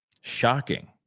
shocking